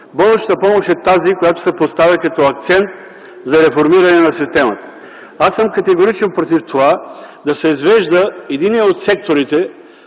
болничната помощ е тази, която се поставя като акцент за реформиране на системата. Аз съм категорично против това да се извежда единият от секторите